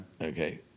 okay